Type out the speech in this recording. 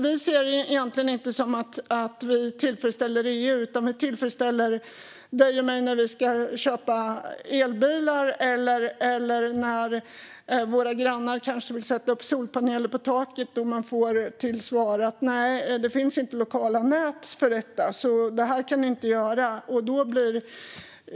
Vi ser det egentligen inte som att vi tillfredsställer EU, utan vi tillfredsställer dig och mig när vi ska köpa elbilar, och våra grannar när de kanske vill sätta upp solpaneler på taket men får till svar att det inte finns lokala nät och att de därför inte kan göra det.